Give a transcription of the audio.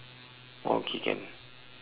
orh okay can